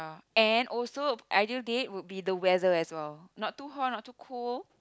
and also an ideal date will be the weather as well not too hot not too cool